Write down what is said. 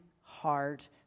heart